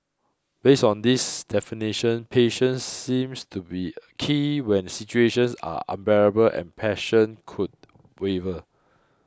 based on these definitions patience seems to be a key when situations are unbearable and passion could waver